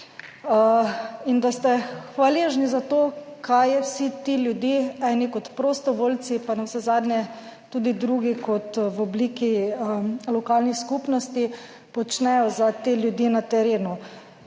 in da ste hvaležni za to, kaj vsi ti ljudje, eni kot prostovoljci, pa navsezadnje tudi drugi kot v obliki lokalnih skupnosti počnejo za te ljudi na terenu.